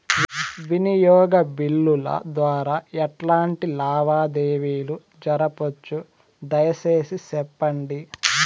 వినియోగ బిల్లుల ద్వారా ఎట్లాంటి లావాదేవీలు జరపొచ్చు, దయసేసి సెప్పండి?